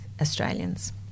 Australians